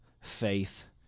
faith